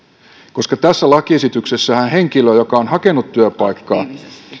tässä lakiesityksessähän henkilöä joka on hakenut työpaikkaa ja